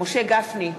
משה גפני,